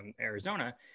Arizona